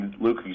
Luke